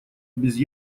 без